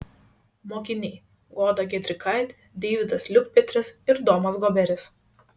mokiniai goda giedrikaitė deividas liukpetris ir domas goberis